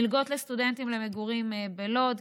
מלגות לסטודנטים למגורים בלוד,